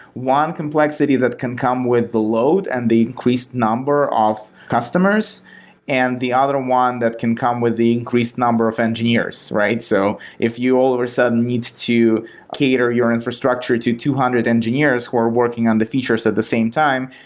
one complexity that can come with the load and the increased number of customers and the other one that can come with the increased number of engineers. so if you all of a sudden needs to cater your infrastructure to two hundred engineers who are working on the features at the same time,